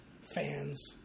fans